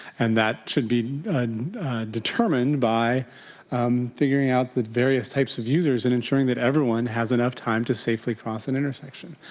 and that should be determined by figuring out the various types of users and ensuring that everyone has enough time to safely cross an intersection.